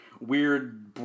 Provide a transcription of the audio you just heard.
weird